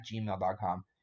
gmail.com